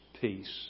peace